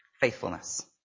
faithfulness